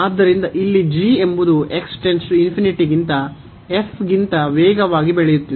ಆದ್ದರಿಂದ ಇಲ್ಲಿ ಎಂಬುದು ಗಿಂತ ಗಿಂತ ವೇಗವಾಗಿ ಬೆಳೆಯುತ್ತಿದೆ